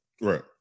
Right